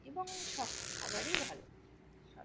এবং সব খাবারই ভালো সব